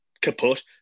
kaput